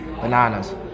bananas